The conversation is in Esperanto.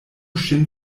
ŝin